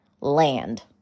land